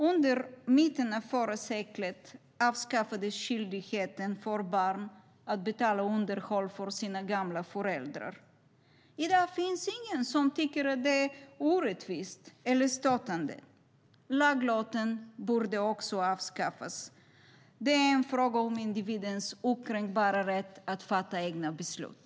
Under mitten av det förra seklet avskaffades skyldigheten för barn att betala underhåll för sina gamla föräldrar. I dag finns det ingen som tycker att det är orättvist eller stötande. Laglotten borde också avskaffas. Det är en fråga om individens okränkbara rätt att fatta egna beslut.